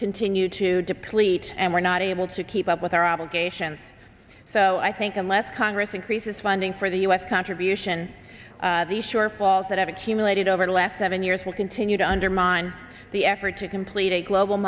continue to deplete and we're not able to keep up with our obligations so i think unless congress increases funding for the u s contribution the shortfalls that have accumulated over the last seven years will continue to undermine the effort to complete a global